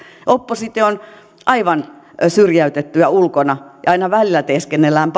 oppositio on aivan syrjäytetty ja ulkona ja aina välillä teeskennellään